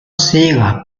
siga